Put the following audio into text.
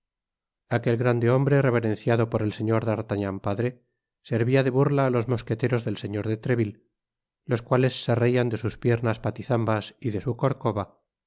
aquel grande hombre reverenciado por el señor d artagnan padre servia de burla á los mosqueteros del señor de treville los cuales se reian de sus piernas patizambas y de su corcova